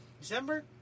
December